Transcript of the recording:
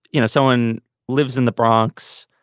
you know, someone lives in the bronx.